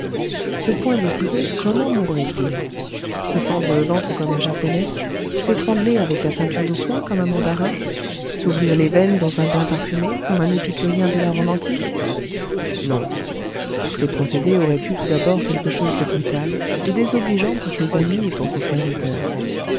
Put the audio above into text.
ce point décidé comment mourrait il se fendre le ventre comme un japonais s'étrangler avec la ceinture de soie comme un mandarin s'ouvrir les veines dans un bain parfumé comme un épicurien de la rome antique non ces procédés auraient eu tout d'abord quelque chose de brutal de désobligeant pour ses amis et pour ses serviteurs